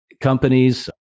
companies